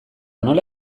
nola